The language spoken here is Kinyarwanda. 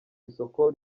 isoko